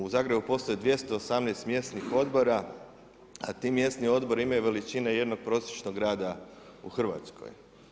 U Zagrebu postoji 218 mjesnih odbora, a ti mjesni odbori imaju veličine jednog prosječnog grada u Hrvatskoj.